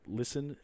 listen